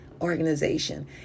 organization